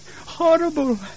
Horrible